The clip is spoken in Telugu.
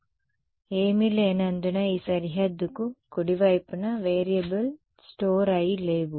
కాబట్టి ఏమీ లేనందున ఈ సరిహద్దుకు కుడివైపున వేరియబుల్ స్టోర్ అయి లేవు